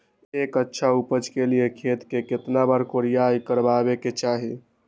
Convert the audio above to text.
एक अच्छा उपज के लिए खेत के केतना बार कओराई करबआबे के चाहि?